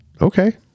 Okay